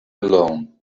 alone